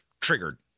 triggered